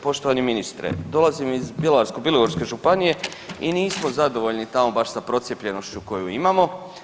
Poštovani ministre, dolazim iz Bjelovarsko-bilogorske županije i nismo zadovoljni tamo baš sa procijepljenošću koju imamo.